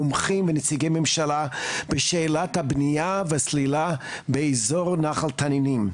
מומחים ונציגי ממשלה בשאלת הבנייה וסלילה באזור נחל תנינים.